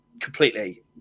completely